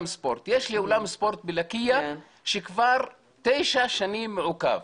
ספורט יש לי אולם ספורט בלקייה שכבר תשע שנים מעוכב.